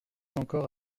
encore